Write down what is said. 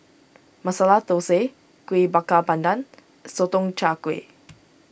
Masala Thosai Kuih Bakar Pandan and Sotong Char Kway